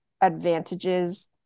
advantages